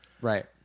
Right